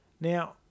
Now